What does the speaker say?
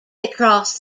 across